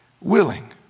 willing